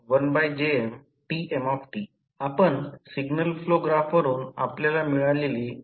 आता आणखी 1 नमुना म्हणजे BC 11500 व्होल्ट त्या बाबतीत हे X2 आहे ही 1 संभाव्य जोडणी आहे